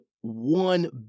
one